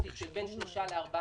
לוד,